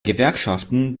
gewerkschaften